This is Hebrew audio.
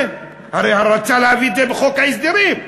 הרי הוא רצה להביא את זה בחוק ההסדרים.